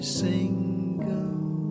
single